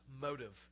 motive